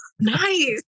Nice